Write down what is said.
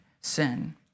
sin